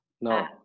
No